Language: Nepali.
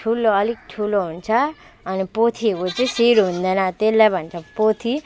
ठुलो अलिक ठुलो हुन्छ अनि पोथीको चाहिँ शिर हुँदैन त्यसलाई भन्छ पोथी